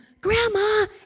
grandma